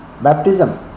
Baptism